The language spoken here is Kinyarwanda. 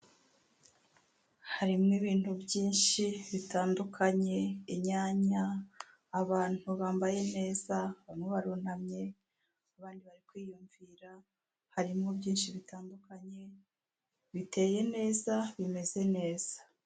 Harimo ibintu byinshi bitandukanye; inyanya abantu bambaye neza bamwe barutamye abandi bari kwiyumvira harimo byinshi bitandukanye biteye neza bimeze neza.